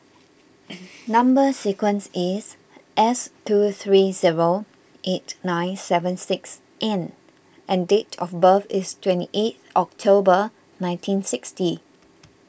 Number Sequence is S two three zero eight nine seven six N and date of birth is twenty eight October nineteen sixty